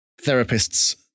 therapist's